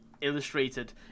illustrated